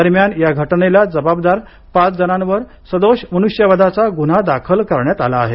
दरम्यान या घटनेला जबाबदार पाच जणांवर सदोष मनुष्यवधाचा गुन्हा दाखल करण्यात आला आहे